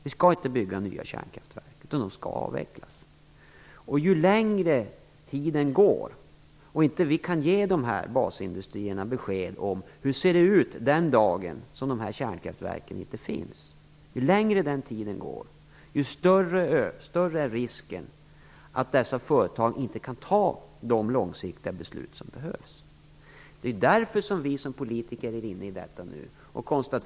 Vi skall inte bygga nya kärnkraftverk, utan vi skall avveckla. Ju längre tiden går utan att vi kan ge basindustrierna besked om hur det ser ut den dag då kärnkraftverken inte finns, desto större är risken att dessa företag inte kan fatta de långsiktiga beslut som behövs. Det är därför vi som politiker är inne i detta nu.